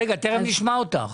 תיכף נשמע אותך.